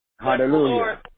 Hallelujah